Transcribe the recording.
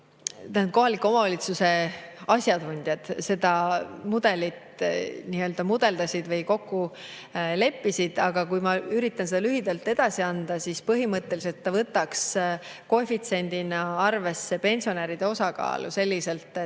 võtta. Kohaliku omavalitsuse asjatundjad seda mudelit nii-öelda mudeldasid või selles kokku leppisid. Aga kui ma üritan seda lühidalt edasi anda, siis põhimõtteliselt võtaks see koefitsiendina arvesse pensionäride osakaalu. Tegelikult